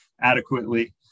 adequately